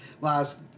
last